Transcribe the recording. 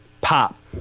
pop